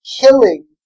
killing